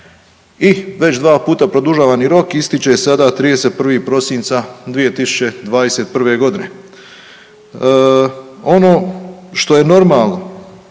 i već dva puta produžavani rok ističe sada 31. prosinca 2021. godine. Ono što je normalno